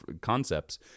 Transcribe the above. concepts